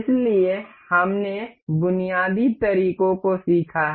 इसलिए हमने बुनियादी तरीकों को सीखा है